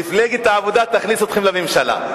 מפלגת העבודה תכניס אתכם לממשלה,